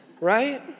right